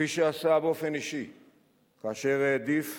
כפי שעשה באופן אישי כאשר העדיף,